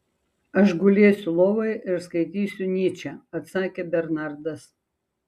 aš gulėsiu lovoje ir skaitysiu nyčę atsakė bernardas